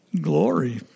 Glory